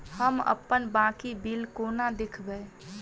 हम अप्पन बाकी बिल कोना देखबै?